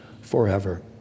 forever